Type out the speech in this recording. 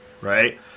right